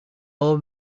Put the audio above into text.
old